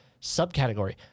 subcategory